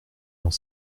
dans